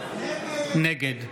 נגד נגד.